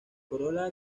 corola